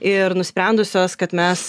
ir nusprendusios kad mes